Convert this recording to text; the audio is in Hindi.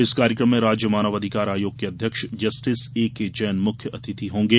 इस कार्यक्रम में राज्य मानव अधिकार आयोग के अध्यक्ष जस्टिस एनके जैन मुख्य अतिथि होंगे